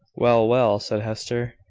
well, well, said hester,